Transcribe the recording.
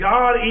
God